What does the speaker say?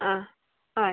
ആ ആ